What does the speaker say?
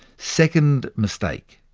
second mistake,